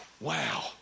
Wow